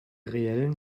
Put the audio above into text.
reellen